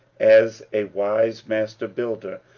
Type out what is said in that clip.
as a wise masterbuilder,